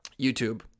YouTube